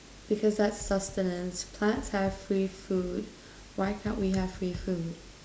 because that's sustenance plants have free food why can't we have free food